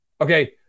Okay